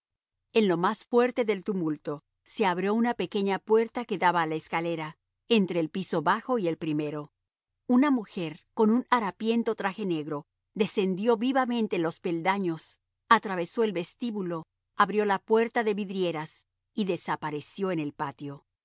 en lo más fuerte del tumulto se abrió una pequeña puerta que daba a la escalera entre el piso bajo y el primero una mujer con un harapiento traje negro descendió vivamente los peldaños atravesó el vestíbulo abrió la puerta de vidrieras y desapareció en el patio